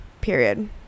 period